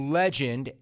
legend